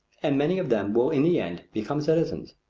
and many of them will in the end become citizens.